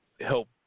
help